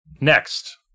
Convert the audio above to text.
next